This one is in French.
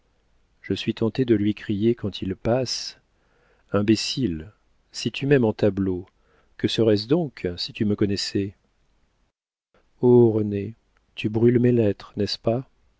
je suis tentée de lui crier quand il passe imbécile si tu m'aimes en tableau que serait-ce donc si tu me connaissais oh renée tu brûles mes lettres n'est-ce pas